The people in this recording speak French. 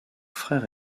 frères